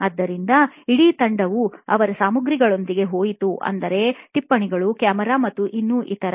ಆದ್ದರಿಂದ ಇಡೀ ತಂಡವು ಅವರ ಸಾಮಗ್ರಿಗಳೊಂದಿಗೆ ಹೋಯಿತು ಅಂದರೆ ಟಿಪ್ಪಣಿಗಳು ಕ್ಯಾಮೆರಾ ಮತ್ತು ಇನ್ನು ಇತರ